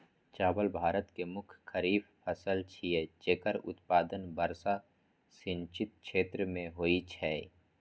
चावल भारत के मुख्य खरीफ फसल छियै, जेकर उत्पादन वर्षा सिंचित क्षेत्र मे होइ छै